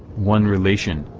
one relation,